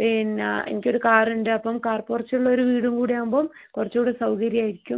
പിന്നെ എനിക്കൊരു കാർ ഉണ്ട് അപ്പം കാർ പോർച്ച് ഉള്ള വീടും കൂടെ ആകുമ്പോൾ കുറച്ച് കൂടെ സൗകര്യം ആയിരിക്കും